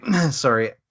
sorry